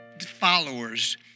followers